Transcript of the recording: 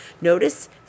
Notice